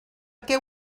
què